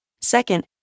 Second